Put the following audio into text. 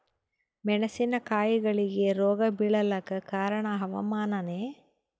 ಮೆಣಸಿನ ಕಾಯಿಗಳಿಗಿ ರೋಗ ಬಿಳಲಾಕ ಕಾರಣ ಹವಾಮಾನನೇ?